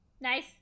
Nice